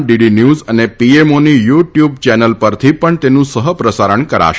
DD news અને પીએમઓની YouTube channel પરથી પણ તેનું સહપ્રસારણ કરાશે